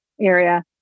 area